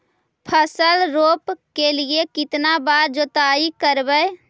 फसल रोप के लिय कितना बार जोतई करबय?